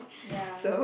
ya